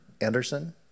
Anderson